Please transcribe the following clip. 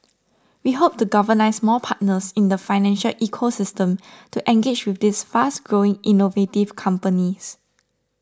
we hope to galvanise more partners in the financial ecosystem to engage with these fast growing innovative companies